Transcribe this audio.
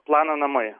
planą namai